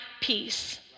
peace